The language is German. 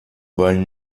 wollen